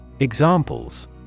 Examples